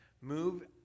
move